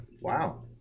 Wow